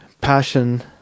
Passion